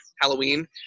Halloween